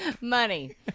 Money